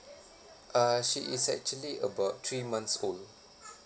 uh she is actually about three months old